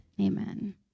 Amen